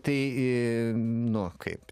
tai nu kaip